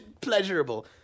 pleasurable